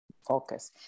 focus